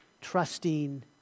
trusting